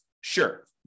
Sure